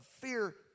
fear